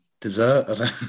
dessert